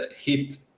hit